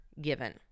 given